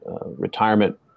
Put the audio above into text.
retirement